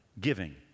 giving